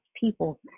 people